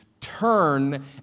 Turn